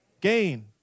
gain